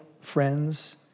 friends